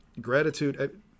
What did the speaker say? gratitude